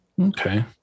Okay